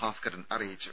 ഭാസ്കരൻ അറിയിച്ചു